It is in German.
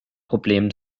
problem